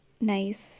nice